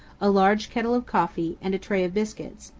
a large kettle of coffee, and a tray of biscuits,